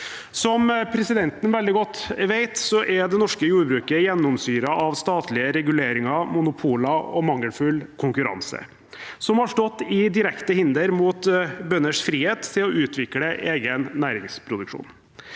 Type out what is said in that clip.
Som presidenten veldig godt vet, er det norske jordbruket gjennomsyret av statlige reguleringer, monopoler og mangelfull konkurranse, som har stått som et direkte hinder for bønders frihet til å utvikle egen næringsproduksjon.